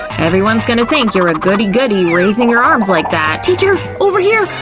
everyone's gonna think you're a goody-goody raising your arms like that! teacher! over here!